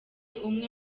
umwe